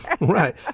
Right